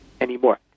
anymore